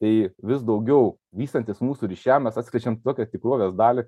tai vis daugiau vystantis mūsų ryšiam mes atskleidžiam tokią tikrovės dalį